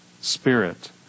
spirit